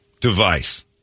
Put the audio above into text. device